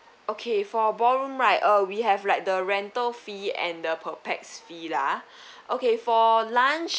okay for ballroom right uh we have like the rental fee and the per pax fee lah okay for lunch